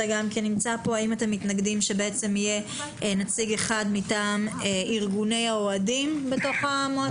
האם אתם מתנגדים שיהיה נציג אחד מטעם ארגוני האוהדים בתוך המועצה?